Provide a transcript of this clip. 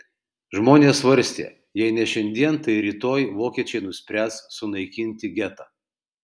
žmonės svarstė jei ne šiandien tai rytoj vokiečiai nuspręs sunaikinti getą